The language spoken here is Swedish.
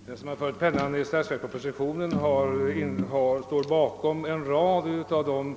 Herr talman! Den som fört pennan i statsverkspropositionen har medverkat till en rad